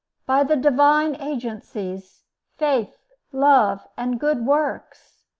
by the divine agencies faith, love, and good works.